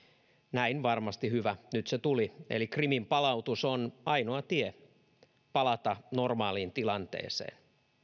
näin varmasti hyvä nyt se tuli eli krimin palautus on ainoa tie palata normaaliin tilanteeseen